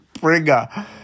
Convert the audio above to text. Bringer